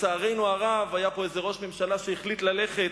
לצערנו הרב, היה פה איזה ראש ממשלה שהחליט ללכת.